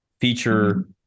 feature